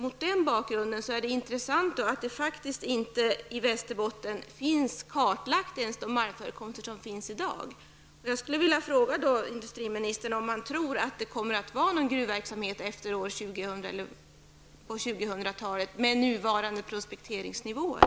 Mot denna bakgrund är det intressant att inte ens de malmförekomster som finns i dag i Västerbotten finns kartlagda. 2000-talet med nuvarande prospekteringsnivåer.